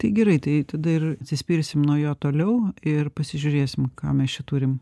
tai gerai tai tada ir atsispirsim nuo jo toliau ir pasižiūrėsim ką mes čia turim